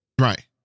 right